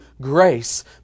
grace